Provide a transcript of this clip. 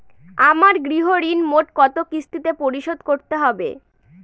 আমার গৃহঋণ মোট কত কিস্তিতে পরিশোধ করতে হবে?